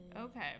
Okay